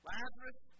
Lazarus